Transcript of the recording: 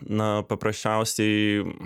na paprasčiausiai